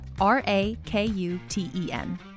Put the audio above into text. R-A-K-U-T-E-N